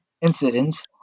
incidents